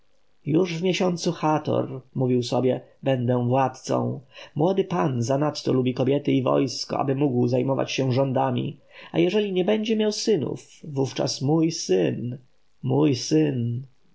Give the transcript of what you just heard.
już w miesiącu hator mówił w sobie będę władcą młody pan zanadto lubi kobiety i wojsko aby mógł zajmować się rządami a jeżeli nie będzie miał synów wówczas mój syn mój syn